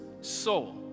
soul